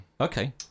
okay